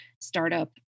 startup